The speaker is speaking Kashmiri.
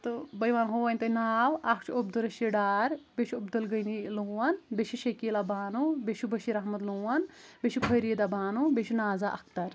تہٕ بٕے وَنہو تۄہہِ ناو اکھ چھُ عبدالرشید ڈار بیٚیہِ چھُ عبدالغنی لون بیٚیہِ چھ شکیلہ بانو بیٚیہِ چھُ بشیر احمد لون بیٚیہِ چھ فریدہ بانو بیٚیہِ چھ نازا اختر